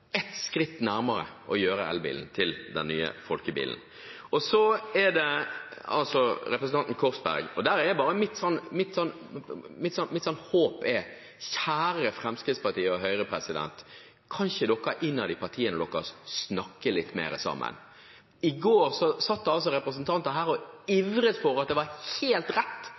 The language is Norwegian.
ett skritt nærmere å gjøre elbilen til den nye folkebilen. Så er det representanten Korsberg, og mitt håp er, kjære Fremskrittspartiet og Høyre: Kan dere ikke, innad i partiene deres, snakke litt mer sammen? I går satt det representanter her og ivret for at det var helt rett